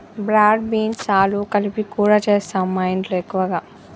broad beans ఆలు కలిపి కూర చేస్తాము మాఇంట్లో ఎక్కువగా